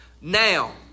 now